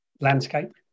landscape